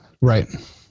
right